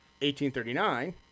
1839